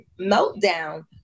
meltdown